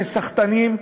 כסחטנים,